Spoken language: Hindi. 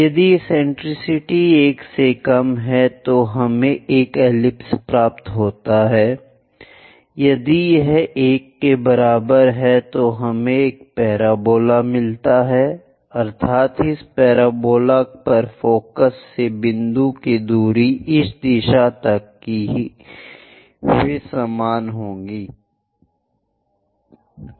यदि एसेंटेरिसिटी 1 से कम है तो हमें एक एलिप्स प्राप्त होता है यदि यह 1 के बराबर है तो हमें एक पेराबोला मिलता है अर्थात इस पेराबोला पर फ़ोकस से बिंदु की दूरी इस दिशा तक कि वे समान हैं